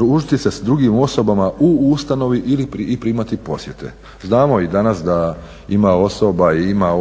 družiti se s drugim osobama u ustanovi i/ili i primati posjete. Znamo i danas da ima osoba i ima